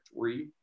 three